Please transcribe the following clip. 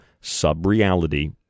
sub-reality